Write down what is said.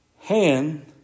hand